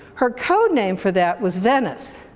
her code name for that was venice.